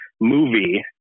movie